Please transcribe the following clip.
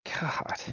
God